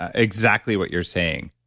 ah exactly what you're saying.